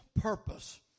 purpose